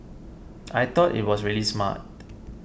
I thought it was really smart